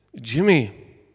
Jimmy